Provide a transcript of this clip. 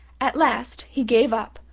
at last he gave up,